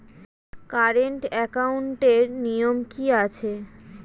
Current একাউন্টের নিয়ম কী আছে?